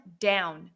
down